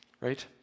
right